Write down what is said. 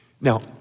Now